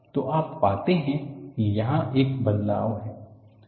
तो आप पाते हैं कि यहाँ एक बदलाव है